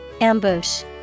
Ambush